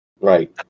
Right